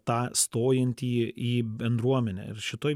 tą stojantį į bendruomenę ir šitoj